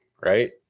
right